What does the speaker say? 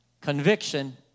Conviction